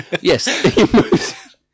Yes